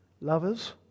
lovers